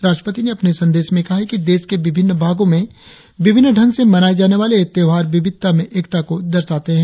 राष्ट्रपति ने अपने संदेश में कहा कि देश के विभिन्न भागों में विभिन्न ढंग से मनाये जाने वाले ये त्योहार विविधता में एकता को दर्शाते है